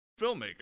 Filmmaker